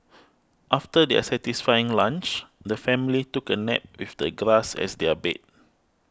after their satisfying lunch the family took a nap with the grass as their bed